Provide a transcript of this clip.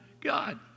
God